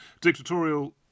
dictatorial